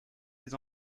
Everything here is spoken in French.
les